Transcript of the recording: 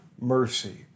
mercy